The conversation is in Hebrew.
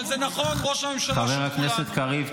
תודה, חבר הכנסת קריב.